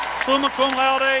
summa cum